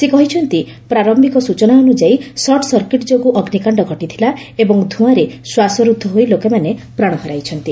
ସେ କହିଛନ୍ତି ପ୍ରାରମ୍ଭିକ ସ୍ୱଚନା ଅନୁଯାୟୀ ସଟ୍ ସର୍କିଟ୍ ଯୋଗୁଁ ଅଗ୍ନିକାଣ୍ଡ ଘଟିଥିଲା ଏବଂ ଧୁଆଁରେ ଶ୍ୱାସରୁଦ୍ଧ ହୋଇ ଲୋକମାନେ ପ୍ରାଣ ହରାଇଛନ୍ତି